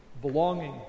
belonging